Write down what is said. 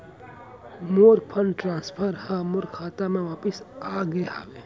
मोर fund transfer हा मोर खाता मा वापिस आ गे हवे